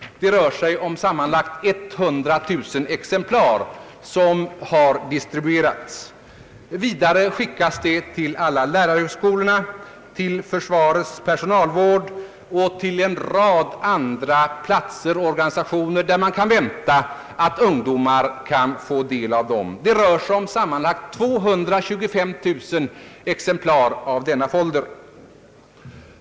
Det är 100 000 exemplar som har distribuerats. Vidare skickas denna folder till alla lärarhögskolor, till försvarets personalvårdsavdelningar och till en rad andra platser och organisationer, där man kan vänta att ungdomar får del av den. Det rör sig om sammanlagt 225000 exemplar av denna folder.